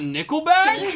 Nickelback